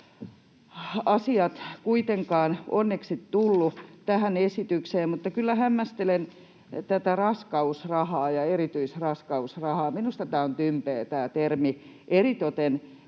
asiat eivät kuitenkaan onneksi tulleet tähän esitykseen, mutta kyllä hämmästelen tätä raskausrahaa ja erityisraskausrahaa. Minusta tämä termi on tympeä. Eritoten